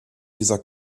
dieser